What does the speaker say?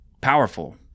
powerful